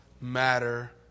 matter